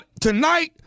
tonight